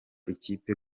ikipe